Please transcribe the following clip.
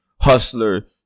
hustler